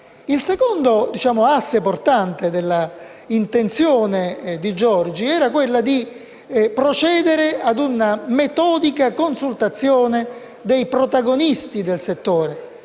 Il secondo asse portante dell'intenzione della senatrice Di Giorgi era di procedere a una metodica consultazione dei protagonisti del settore,